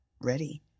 ready